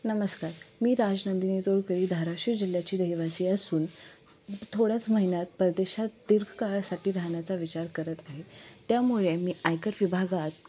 नमस्कार मी राजनंदिनी तोळकरी धाराशिव जिल्ह्याची रहिवासी असून थोड्याच महिन्यांत परदेशात दीर्घकाळासाठी राहण्याचा विचार करत आहे त्यामुळे मी आयकर विभागात